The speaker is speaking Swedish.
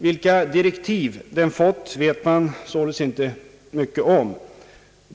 Vilka direktiv den har fått vet man således inte mycket om.